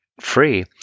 free